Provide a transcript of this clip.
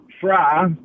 try